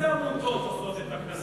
איזה עמותות עורכות את הכנסים האלה,